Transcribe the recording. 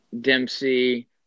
Dempsey